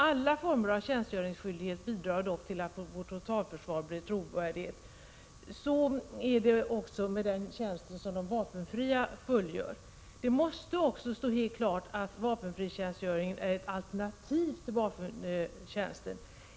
Alla former av tjänstgöringsskyldighet bidrar dock till att vårt totalförsvar blir trovärdigt, så även den tjänst de vapenfria fullgör. Det måste också stå helt klart att vapenfritjänstgöringen är ett alternativ till vapentjänsten.